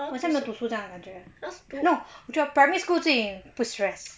好像没有读书的感觉 leh no okay primary school 最不 stress